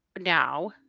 now